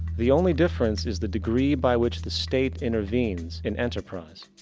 the only difference is the degree by which the state intervenes in enterprise.